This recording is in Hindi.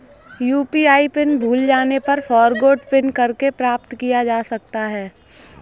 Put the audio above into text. यू.पी.आई पिन भूल जाने पर फ़ॉरगोट पिन करके प्राप्त किया जा सकता है